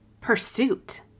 pursuit